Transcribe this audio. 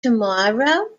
tomorrow